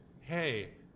Hey